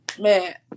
Man